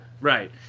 Right